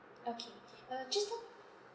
okay uh just want